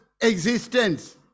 existence